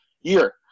year